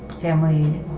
family